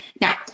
Now